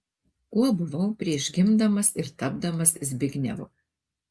kuo buvau prieš gimdamas ir tapdamas zbignevu